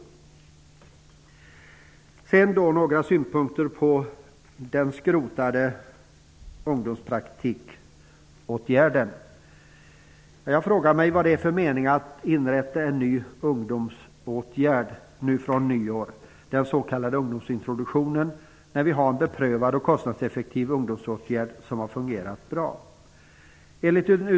Sedan några synpunkter på den skrotade ungdomspraktikåtgärden. Vad är det för mening med att inrätta en ny ungdomsåtgärd nu vid nyår, den s.k. ungdomsintroduktionen, när vi har en beprövad och kostnadseffektiv ungdomsåtgärd som har fungerat bra?